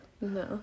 No